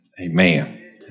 amen